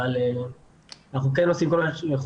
אבל אנחנו כן עושים כל מה שיכולים,